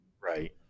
Right